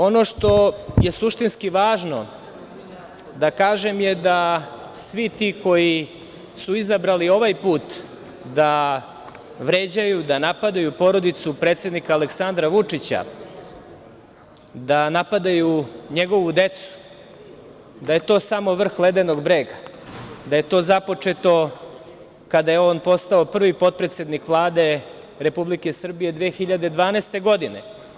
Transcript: Ono što je suštinski važno da kažem je da svi ti koji su izabrali ovaj put da vređaju, da napadaju porodicu predsednika Aleksandra Vučića, da napadaju njegovu decu, da je to samo vrh ledenog brega, da je to započeto kada je on postao prvi potpredsednik Vlade Republike Srbije 2012. godine.